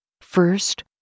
First